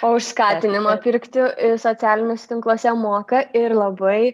o už skatinimą pirkti socialiniuose tinkluose moka ir labai